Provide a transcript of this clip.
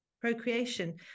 procreation